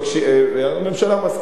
הממשלה מסכימה,